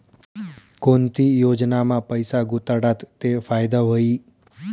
कोणती योजनामा पैसा गुताडात ते फायदा व्हई?